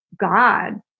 God